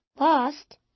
Lost